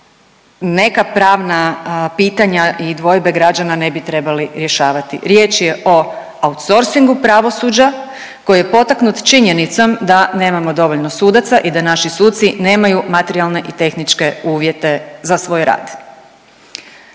neka pravna pitanja i dvojbe građana ne bi trebali rješavati, riječ je o outsorsingu pravosuđa koji je potaknut činjenicom da nemamo dovoljno sudaca i da naši suci nemaju materijalne i tehničke uvjete za svoj rad.